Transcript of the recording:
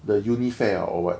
the uni fair or what